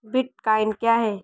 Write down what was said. Bitcoin क्या है?